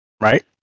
Right